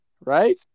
Right